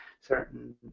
certain